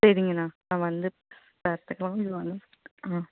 சரிங்கண்ணா நான் வந்து பேசு